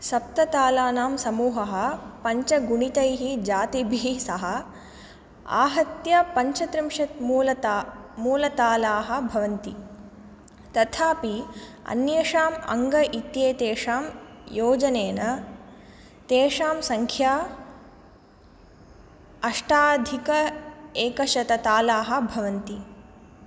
सप्ततालानां समूहः पञ्चगुणितैः जातिभिः सह आहत्य पञ्चत्रिंशत् मूलता मूलतालाः भवन्ति तथापि अन्येषाम् अङ्ग इत्येतेषां योजनेन तेषां सङ्ख्या अष्टाधिक एकशततालाः भवन्ति